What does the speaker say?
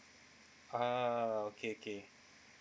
ah okay okay